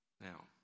Now